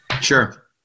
Sure